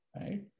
right